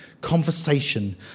conversation